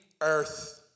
earth